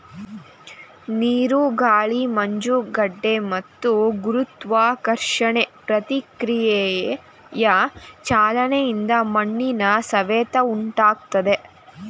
ನೀರು ಗಾಳಿ ಮಂಜುಗಡ್ಡೆ ಮತ್ತು ಗುರುತ್ವಾಕರ್ಷಣೆ ಪ್ರತಿಕ್ರಿಯೆಯ ಚಲನೆಯಿಂದ ಮಣ್ಣಿನ ಸವೆತ ಉಂಟಾಗ್ತದೆ